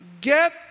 get